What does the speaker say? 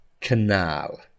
canal